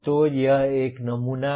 तो यह एक नमूना है